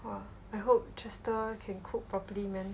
!wah! I hope chester cook properly man